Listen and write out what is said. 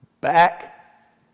Back